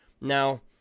Now